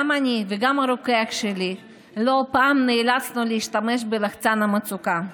גם אני וגם הרוקח שלי לא פעם נאלצנו להשתמש בלחצן המצוקה.